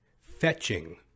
fetching